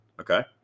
Okay